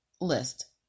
list